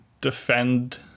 defend